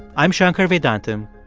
i'm shankar vedantam,